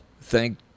thank